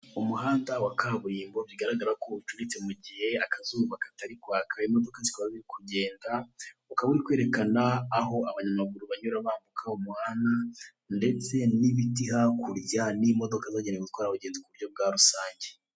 Umuhanda wa kaburimbo bigaragara ko ucuritse mugihe akazuba katari kwaka, imodoka zikaba ziri kugenda, ukaba uri kwerekana aho abanyamaguru banyura bambuka umuhanda, ndetse n'ibiti hakurya n'imodoka zagenewe gutwara abagenzi kuburyo bwa rusange.